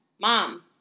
Mom